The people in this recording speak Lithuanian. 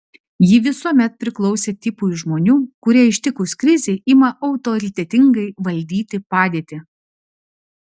ji visuomet priklausė tipui žmonių kurie ištikus krizei ima autoritetingai valdyti padėtį